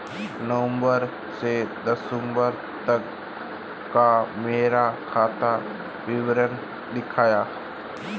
नवंबर से दिसंबर तक का मेरा खाता विवरण दिखाएं?